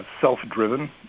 self-driven